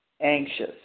anxious